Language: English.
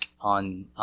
on